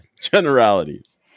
generalities